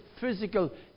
physical